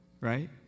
right